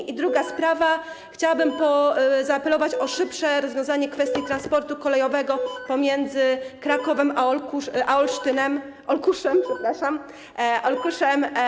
I druga sprawa, chciałabym zaapelować o szybsze rozwiązanie kwestii transportu kolejowego pomiędzy Krakowem a Olsztynem... przepraszam, Olkuszem.